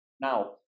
now